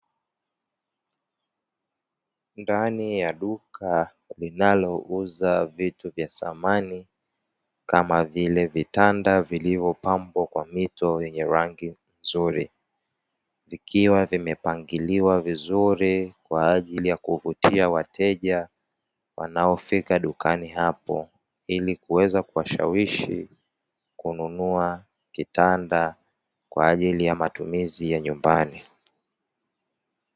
Ndani ya duka linalouza vitu vya samani kama vile vitanda vilivyopambwa kwa mito yenye rangi nzuri, vikiwa vimepangiliwa vizuri kwa ajili ya kuvutia wateja wanaofika dukani hapo, ili kuweza kuwashawishi kununua kitanda kwa ajili ya matumizi ya nyumbani.